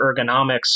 ergonomics